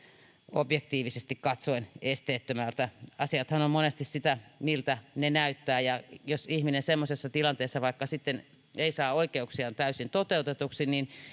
objektiivisesti katsoen esteettömältä asiathan ovat monesti sitä miltä ne näyttävät ja jos ihminen semmoisessa tilanteessa vaikka sitten ei saa oikeuksiaan täysin toteutetuksi niin